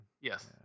Yes